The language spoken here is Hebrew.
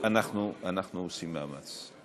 אנחנו עושים מאמץ.